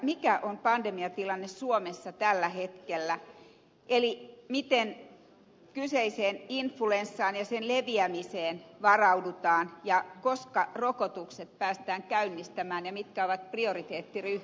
mikä on pandemiatilanne suomessa tällä hetkellä eli miten kyseiseen influenssaan ja sen leviämiseen varaudutaan ja koska rokotukset päästään käynnistämään ja mitkä ovat prioriteettiryhmät